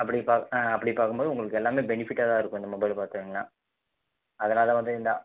அப்படி பா ஆ அப்படி பார்க்கும்போது உங்களுக்கு எல்லாமே பெனிஃபிட்டாதாயிருக்கும் இந்த மொபைலை பார்த்தீங்கனா அதனால் வந்து இந்த